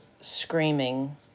screaming